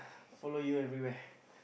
follow you everywhere